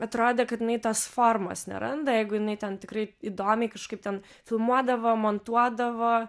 atrodė kad jinai tos formos neranda jeigu jinai ten tikrai įdomiai kažkaip ten filmuodavo montuodavo